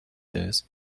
days